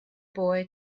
boy